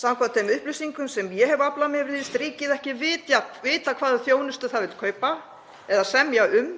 Samkvæmt þeim upplýsingum sem ég hef aflað mér virðist ríkið ekki vita hvaða þjónustu það vill kaupa eða semja um,